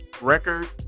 record